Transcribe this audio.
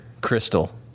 crystal